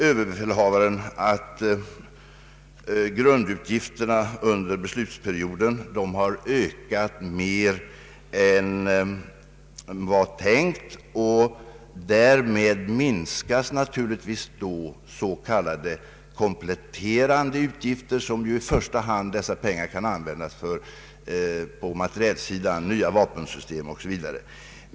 Överbefälhavaren anser att grundutgifterna under beslutsperioden har ökat mer än tänkt. Därmed minskas naturligtvis s.k. kompletterande utgifter på materielsidan, pengar som i första hand skall användas till nya vapensystem o. s. v.